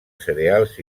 cereals